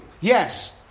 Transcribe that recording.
yes